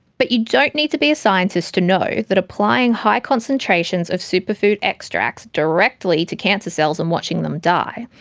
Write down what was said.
but you don't need to be a scientist to know that applying high concentrations of superfood extracts, directly to cancer cells and watching them die,